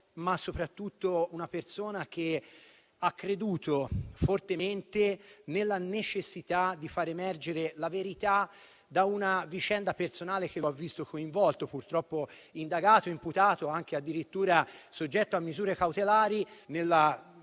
ma soprattutto una persona che ha creduto fortemente nella necessità di far emergere la verità da una vicenda personale che lo ha visto coinvolto, purtroppo indagato e imputato, addirittura soggetto a misure cautelari,